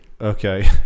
Okay